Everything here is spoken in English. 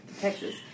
Texas